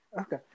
Okay